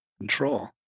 control